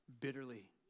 bitterly